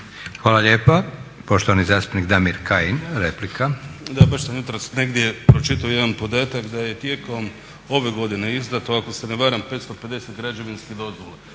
Hvala lijepa. Poštovani zastupnik Damir Kajin, replika. **Kajin, Damir (ID - DI)** Da, baš sam jutros negdje pročitao jedan podatak da je tijekom ove godine izdato ako se ne varam 550 građevinskih dozvola